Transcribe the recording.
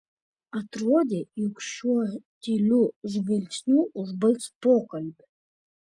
atrodė jog šiuo tyliu žvilgsniu užbaigs pokalbį